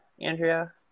Andrea